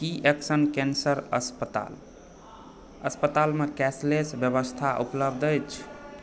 की action cancer अस्पताल अस्पताल मे कैशलेस व्यवस्था उपलब्ध अछि